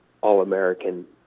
All-American